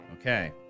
Okay